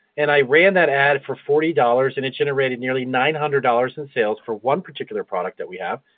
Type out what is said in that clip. and, i ran that ad for forty dollars and it generated nearly nine hundred dollars in sales for one particular product that we have.